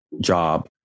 job